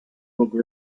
little